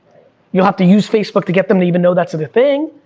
you'll have to use facebook to get them to even know that's a thing,